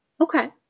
Okay